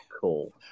cool